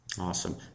Awesome